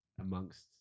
amongst